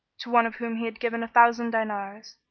to one of whom he had given a thousand dinars,